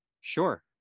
Sure